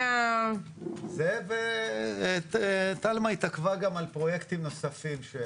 זה, ותלמה התעכבה גם על פרויקטים נוספים.